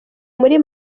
muri